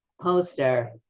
poster